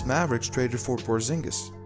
mavericks traded for porzingis,